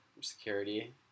security